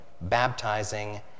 baptizing